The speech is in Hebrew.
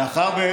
מאחר,